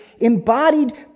embodied